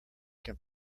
can